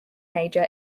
major